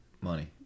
money